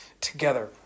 together